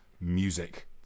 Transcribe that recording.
music